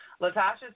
Latasha